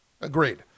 Agreed